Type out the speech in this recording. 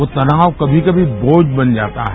यह तनाव कभी कभी बोझ बन जाता है